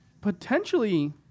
Potentially